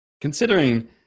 Considering